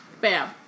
Bam